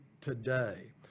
today